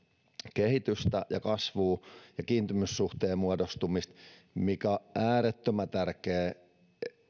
kehitystä ja kasvua ja kiintymyssuhteen muodostumista mikä on äärettömän tärkeää